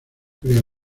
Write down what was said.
crea